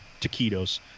taquitos